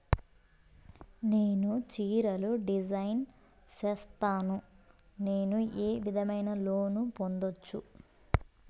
నేను చీరలు డిజైన్ సేస్తాను, నేను ఏ విధమైన లోను పొందొచ్చు